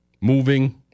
moving